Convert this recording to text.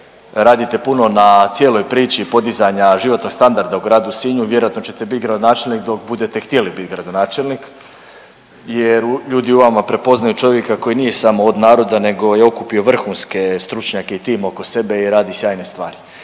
radite puno na cijeloj priči podizanja životnog standarda u gradu Sinju, vjerojatno ćete bit gradonačelnik dok budete htjeli bit gradonačelnik jer ljudi u vama prepoznaju čovjeka koji nije samo od naroda nego je okupio vrhunske stručnjake i tim oko sebe i radi sjajne stvari.